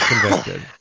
convicted